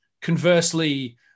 conversely